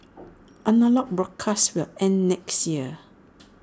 analogue broadcasts will end next year